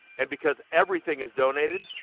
and because everything's donated,